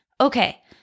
Okay